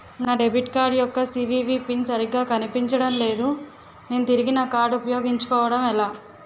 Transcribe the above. నా debit card యెక్క CVV PIN సరిగా కనిపించడం లేదు నేను తిరిగి నా కార్డ్ఉ పయోగించుకోవడం ఎలా?